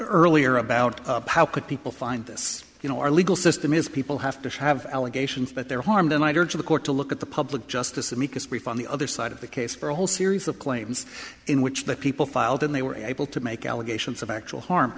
earlier about how could people find this you know our legal system is people have to have allegations that they're harmed and i'd urge the court to look at the public justice amicus brief on the other side of the case for a whole series of claims in which the people filed in they were able to make allegations of actual harm